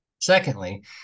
Secondly